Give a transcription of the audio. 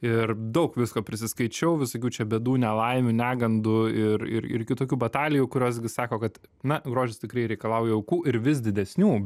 ir daug visko prisiskaičiau visokių čia bėdų nelaimių negandų ir ir kitokių batalijų kurios gi sako kad na grožis tikrai reikalauja aukų ir vis didesnių